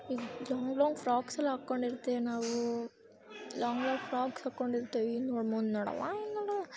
ಈಗ long long frocks ಎಲ್ಲ ಹಾಕ್ಕೊಂಡಿರ್ತೇವ್ ನಾವು ಲಾಂಗ್ ಲಾಂಗ್ ಫ್ರಾಕ್ಸ್ ಹಾಕೊಂಡಿರ್ತೇವೆ ನೋಡಿ ಮುಂದೆ ನೋಡಲ್ಲ ಹಿಂದೆ ನೋಡಲ್ಲ